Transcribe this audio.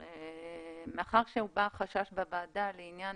מאחר והובע חשש בוועדה לעניין